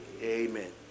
amen